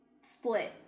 split